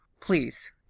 please